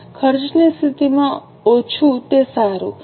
ખર્ચની સ્થિતિમાં ઓછું તે સારું